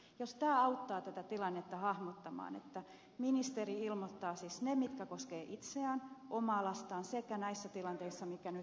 jos tämä auttaa tätä tilannetta hahmottamaan ministeri ilmoittaa siis ne mitkä koskevat häntä itseään omaa lastaan sekä näissä tilanteissa mitkä nyt ovat tulleet esiin